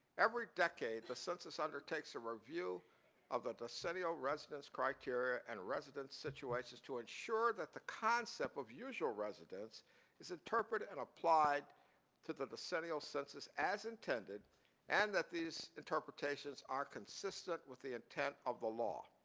every decade, the census under takes a review of the decennial residence criteria and residence situations to ensure that the concept of usual residence is interpreted and applied to the decennial census as intended and that these interpretations are consistent with the intent of the law.